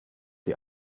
the